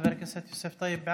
חבר הכנסת יוסף טייב,